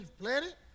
planet